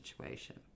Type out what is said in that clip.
situation